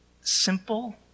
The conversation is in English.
simple